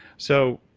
so,